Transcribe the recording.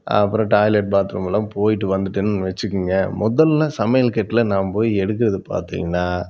அப்புறம் டாய்லெட் பாத்ரூம்லாம் போய்ட்டு வந்துட்டேன்னு வச்சிக்கோங்க முதல்ல சமையல் கட்டில் நான் போய் எடுக்கிறது பார்த்திங்கன்னா